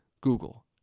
Google